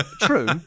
true